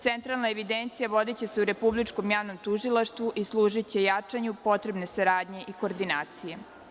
Centralna evidencija vodiće se u Republičkom javnom tužilaštvu i služiće jačanju potrebne saradnje i koordinacije.